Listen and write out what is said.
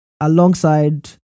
Alongside